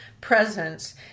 presence